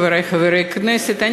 חברי חברי הכנסת,